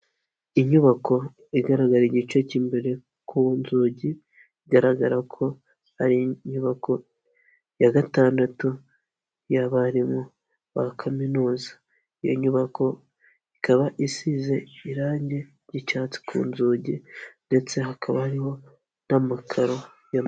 Inyubako igaragara igice cy'imbere ku nzugi bigaragara ko ari inyubako ya gatandatu y'abarimu ba kaminuza, iyo nyubako ikaba isize irangi ry'icyatsi ku nzugi ndetse hakaba hariho n'amakaro y'aba.